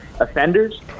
offenders